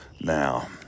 Now